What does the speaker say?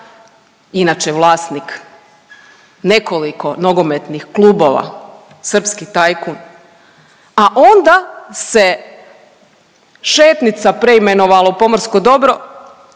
inače vlasnik nekoliko nogometnih klubova, srpski tajkun. A onda se šetnica preimenovala u pomorsko dobro